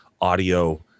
audio